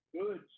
good